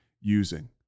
using